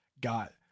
got